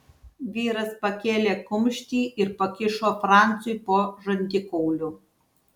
vyras pakėlė kumštį ir pakišo franciui po žandikauliu